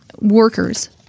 workers